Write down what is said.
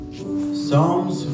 Psalms